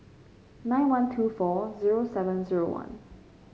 nine one two four zero seven zero one